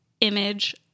image